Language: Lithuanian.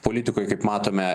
politikoj kaip matome